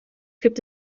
gibt